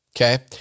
Okay